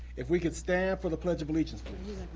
if we could stand for the pledge of allegiance, please. i